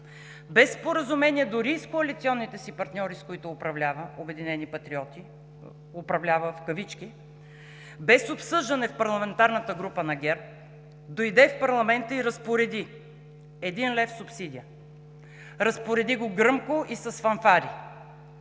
без споразумение дори и с коалиционните си партньори, с които управлява – „Обединени патриоти“, управлява в кавички, без обсъждане в парламентарната група на ГЕРБ, дойде в парламента и разпореди: един лев субсидия! Разпореди го гръмко и с фанфари,